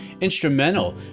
instrumental